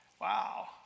Wow